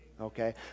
okay